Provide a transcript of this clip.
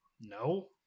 No